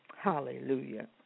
Hallelujah